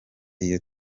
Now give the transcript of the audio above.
iyo